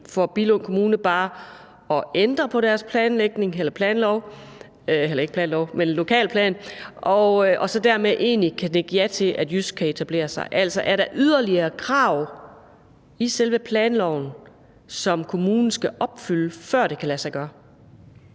for Billund Kommune bare at ændre på deres lokalplan og dermed egentlig nikke ja til, at JYSK kan etablere sig. Altså, er der yderligere krav i selve planloven, som kommunen skal opfylde, før det kan lade sig gøre?